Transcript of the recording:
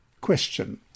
Question